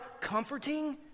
comforting